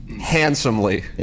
handsomely